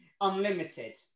Unlimited